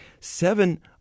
Seven